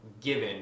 given